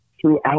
throughout